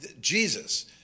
Jesus